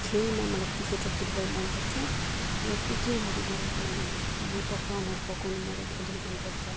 खेलमा मलाई क्रिकेट र फुटबल मनपर्छ र कुकिङहरू गर्नु पनि मलाई एकदमै पकवानहरू पकाउनु मलाई धेरै मनपर्छ